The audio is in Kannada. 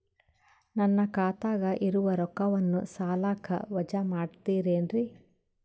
ನನ್ನ ಖಾತಗ ಇರುವ ರೊಕ್ಕವನ್ನು ಸಾಲಕ್ಕ ವಜಾ ಮಾಡ್ತಿರೆನ್ರಿ?